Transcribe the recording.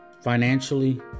financially